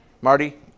Marty